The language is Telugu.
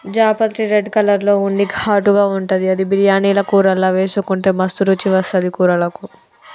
జాపత్రి రెడ్ కలర్ లో ఉండి ఘాటుగా ఉంటది అది బిర్యానీల కూరల్లా వేసుకుంటే మస్తు రుచి వస్తది కూరలకు